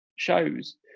shows